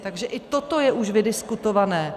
Takže i toto je už vydiskutované.